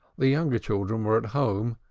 the younger children were at home,